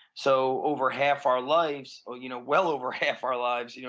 so over half our lives, well you know well over half our lives. you know